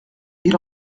ils